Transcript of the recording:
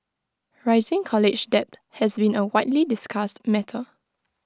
rising college debt has been A widely discussed matter